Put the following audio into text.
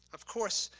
of course,